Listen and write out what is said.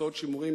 קופסאות שימורים,